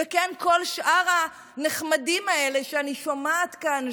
וכן כל שאר הנחמדים האלה שאני שומעת כאן,